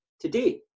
today